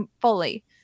fully